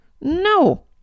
No